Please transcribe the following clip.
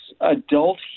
adult